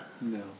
No